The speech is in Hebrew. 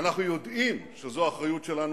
ואנחנו יודעים שזו האחריות שלנו.